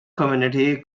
community